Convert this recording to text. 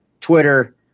Twitter